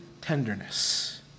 tenderness